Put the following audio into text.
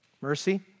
Mercy